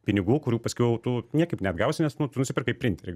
pinigų kurių paskiau tu niekaip neatgausi nes nu tu nusipirkai printerį